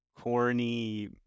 corny